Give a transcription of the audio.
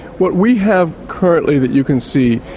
what we have currently that you can see,